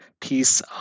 piece